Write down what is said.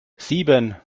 sieben